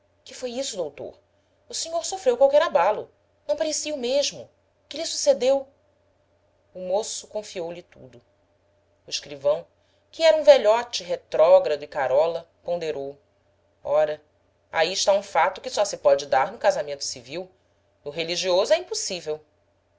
que foi isso doutor o senhor sofreu qualquer abalo não parecia o mesmo que lhe sucedeu o moço confiou-lhe tudo o escrivão que era um velhote retrógrado e carola ponderou ora aí está um fato que só se pode dar no casamento civil no religioso é impossível